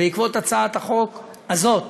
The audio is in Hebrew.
בעקבות הצעת החוק הזאת,